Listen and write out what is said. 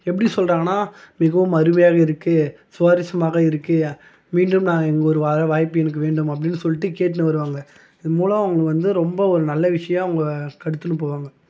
எப்படி சொல்லுறாங்கன்னா மிகவும் அருமையாக இருக்கு சுவாரஸ்யமாக இருக்கு மீண்டும் நாங்கள் இங்கே வர வாய்ப்பு எனக்கு வேண்டும் அப்படின்னு சொல்லிட்டு கேட்ன்னு வருவாங்க இதன் மூலம் அவங்களுக்கு வந்து ரொம்ப ஒரு நல்ல விஷயம் அவங்க கட்த்துன்னு போவாங்க